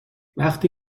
وقتی